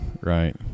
Right